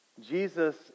Jesus